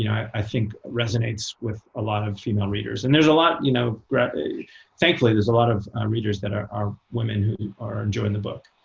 yeah i think, resonates with a lot of female readers. and there's a lot you know thankfully there's a lot of readers that are women who are enjoying the book.